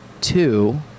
two